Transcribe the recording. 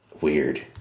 Weird